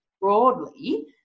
broadly